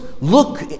look